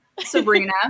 Sabrina